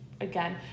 again